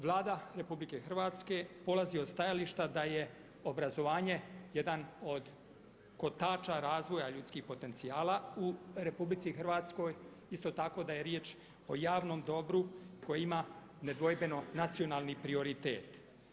Vlada RH polazi od stajališta da je obrazovanje jedan od kotača razvoja ljudskih potencijala u RH, isto tako da je riječ o javnom dobru koje ima nedvojbeno nacionalni prioritet.